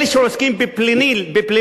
אלה שעוסקים בפלילים,